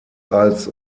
als